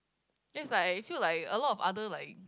that is like I feel like a lot of other like